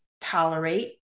tolerate